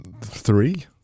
three